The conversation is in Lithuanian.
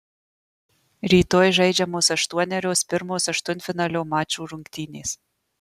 rytoj žaidžiamos aštuonerios pirmos aštuntfinalio mačų rungtynės